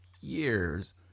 years